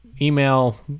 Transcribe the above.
email